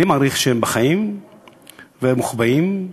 אני מעריך שהם בחיים והם מוחבאים,